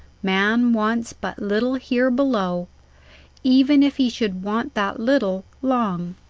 man wants but little here below even if he should want that little long.